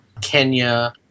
Kenya